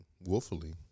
woefully